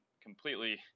completely